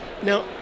Now